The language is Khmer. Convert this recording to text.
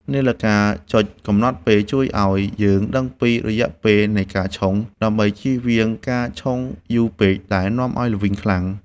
នាឡិកាចុចកំណត់ពេល ជួយឱ្យយើងដឹងពីរយៈពេលនៃការឆុង ដើម្បីជៀសវាងការឆុងយូរពេកដែលនាំឱ្យល្វីងខ្លាំង។